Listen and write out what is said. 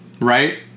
right